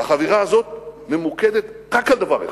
והחבירה הזאת ממוקדת רק בדבר אחד,